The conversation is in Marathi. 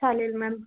चालेल मॅम